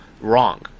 wrong